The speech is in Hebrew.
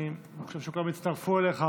אני חושב שכולם הצטרפו אליך,